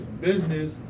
business